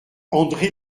andré